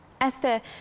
Esther